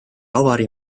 avarii